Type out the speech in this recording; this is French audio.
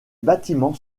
bâtiments